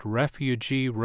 refugee